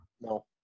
no